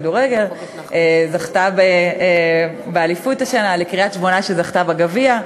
שזכתה באליפות בכדורגל השנה,